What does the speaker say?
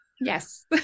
yes